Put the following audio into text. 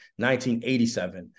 1987